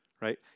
right